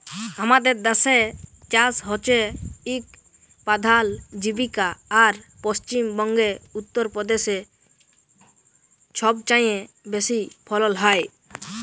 আমাদের দ্যাসে চাষ হছে ইক পধাল জীবিকা আর পশ্চিম বঙ্গে, উত্তর পদেশে ছবচাঁয়ে বেশি ফলল হ্যয়